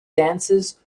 dances